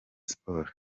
sports